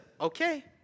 okay